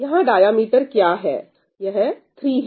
यहां डायमीटर क्या है यह 3 है